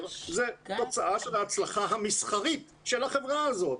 זה תוצאה של ההצלחה המסחרית של החברה הזאת.